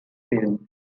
film